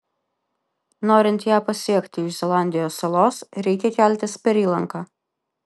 norint ją pasiekti iš zelandijos salos reikia keltis per įlanką